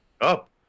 up